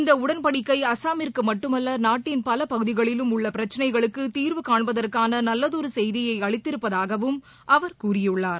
இந்த உடன்படிக்கை அசாமிற்கு மட்டுமல்ல நாட்டின் பல பகுதிகளிலும் உள்ள பிரச்சினைகளுக்கு தீர்வு காண்பதற்கான நல்லதொரு செய்தியை அளித்திருப்பதாகவும் அவர் கூறியுள்ளார்